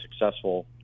successful